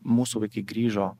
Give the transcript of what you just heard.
mūsų vaikai grįžo